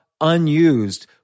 unused